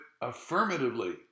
affirmatively